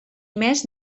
més